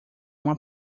uma